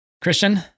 Christian